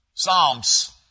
Psalms